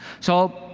so,